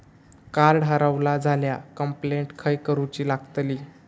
Card हरवला झाल्या complaint खय करूची लागतली?